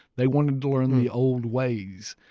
they wanted to learn the old ways.